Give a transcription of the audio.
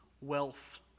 wealth